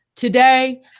Today